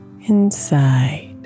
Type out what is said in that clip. inside